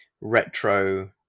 retro